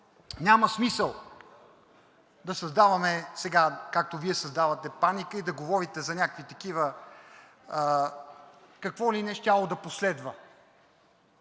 Няма смисъл да създаваме сега, както Вие създавате паника, и да говорите за някакви такива – какво ли не щяло да последва?!